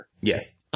Yes